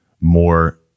more